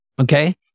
Okay